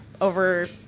over